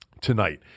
tonight